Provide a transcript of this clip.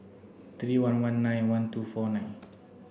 three one one nine one two four nine